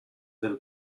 del